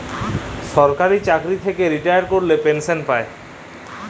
সরকারি চাকরি থ্যাইকে রিটায়ার ক্যইরে পেলসল পায়